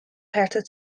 herten